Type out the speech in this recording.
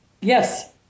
Yes